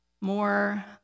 more